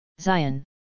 Zion